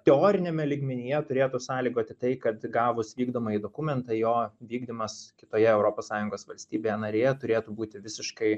teoriniame lygmenyje turėtų sąlygoti tai kad gavus vykdomąjį dokumentą jo vykdymas kitoje europos sąjungos valstybėje narėje turėtų būti visiškai